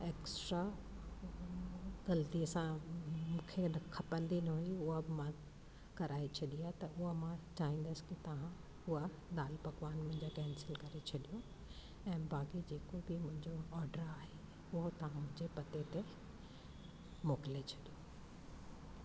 extra ग़लतीअ सां मूंखे न खपंदी न हुई उहा बि मां कराये छॾी आहे त उहा मां चाहिंदसि की तव्हां उहा दालि पकवान मुंहिंजा कैंसिल करे छॾियो ऐं बाक़ी जेको बि मुंहिंजो ऑडर आहे हुओ तव्हां मुंहिंजे पते ते मोकिले छॾियो